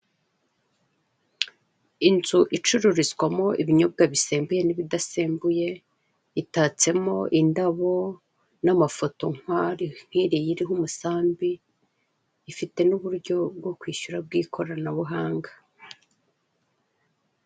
Inzu icururizwamo ibinyobwa bisembuye n'ibidasembuwe itatsemo indabo, n'amafoto nk'iriya iriho umusambi ifite nuburyo bwo kwishyura bwikorana buhanga.